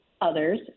others